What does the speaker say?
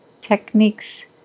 techniques